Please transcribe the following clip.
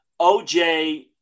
OJ